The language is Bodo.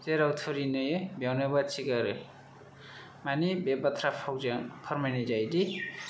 जेराव थुरि नुयो बेयावनो बाथि गारो माने बे बाथ्रा फावजों फोरमायनाय जायोदि